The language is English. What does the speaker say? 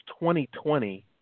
2020